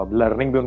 learning